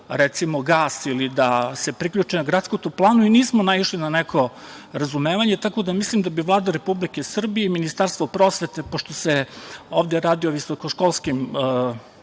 recimo gas ili da se priključe na gradsku toplanu i nismo naišli na neko razumevanje. Tako da mislim da bi Vlada Republike Srbije i Ministarstvo prosvete, pošto se ovde radi i visokoškolskim